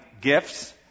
gifts